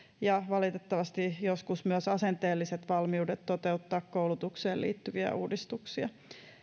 ja valitettavasti joskus myös asenteelliset valmiudet toteuttaa koulutukseen liittyviä uudistuksia